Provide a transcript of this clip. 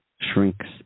shrinks